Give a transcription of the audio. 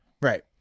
right